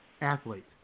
athlete